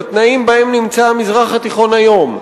בתנאים שבהם נמצא המזרח התיכון היום,